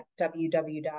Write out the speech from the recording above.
www